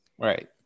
Right